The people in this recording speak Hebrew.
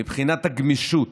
מבחינת הגמישות,